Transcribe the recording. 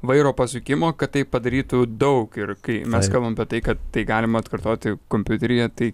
vairo pasukimo kad tai padarytų daug ir kai mes kalbam apie tai kad tai galima atkartoti kompiuteryje tai